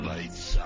Lights